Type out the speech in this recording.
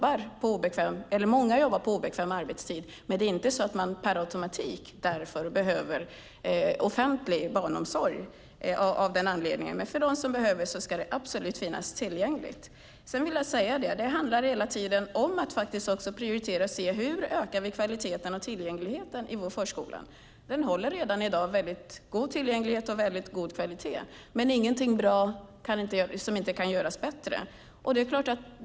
Alla som jobbar på obekväm arbetstid behöver inte per automatik offentlig barnomsorg, men för dem som behöver det ska det dock absolut finnas. Det handlar hela tiden om att prioritera och se hur vi kan öka kvaliteten och tillgängligheten i vår förskola. Den har redan i dag god kvalitet och tillgänglighet, men allt bra kan göras bättre.